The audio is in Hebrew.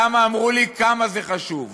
כמה אמרו לי כמה זה חשוב,